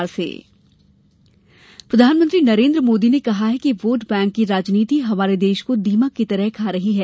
PM Mahakumbh प्रधानमंत्री नरेन्द्र मोदी ने कहा है कि वोट बैंक की राजनीति हमारे देश को दीमक की तरह खा रही है